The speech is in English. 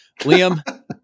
Liam